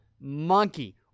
monkey